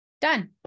done